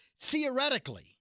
Theoretically